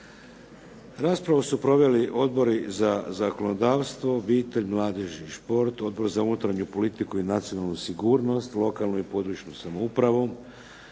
Raspravu su proveli Odbori za zakonodavstvo, obitelj, mladež i šport, Odbor za unutarnju politiku i nacionalnu sigurnost, lokalnu i područnu samoupravu,